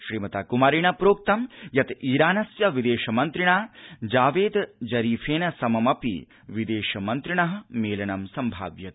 श्रीमता कुमारेण प्रोक्त यत् ईरानस्य विदेशमन्त्रिणा जावेद जरीफेन सममपि विदेशमन्त्रिणः मेलनं संभाव्यते